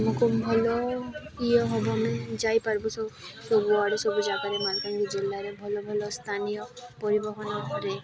ଆମକୁୁ ଭଲ ଇଏ ହବ ଆମେ ଯାଇପାରବୁ ସବୁ ସବୁଆଡ଼େ ସବୁ ଜାଗାରେ ମାଲକାନଗିରି ଜିଲ୍ଲାରେ ଭଲ ଭଲ ସ୍ଥାନୀୟ ପରିବହନ ଉପରେ